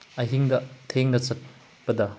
ꯑꯍꯤꯡꯗ ꯊꯦꯡꯅ ꯆꯠꯄꯗ